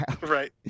Right